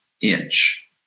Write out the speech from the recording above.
inch